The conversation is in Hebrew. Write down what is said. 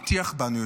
הטיח בנו,